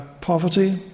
poverty